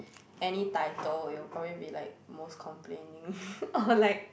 any title it will probably be like most complaining or like